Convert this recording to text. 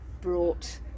brought